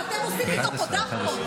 ואתם עושים איתו פה דחקות.